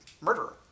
murderer